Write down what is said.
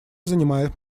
занимает